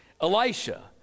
Elisha